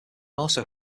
also